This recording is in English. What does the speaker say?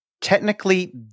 technically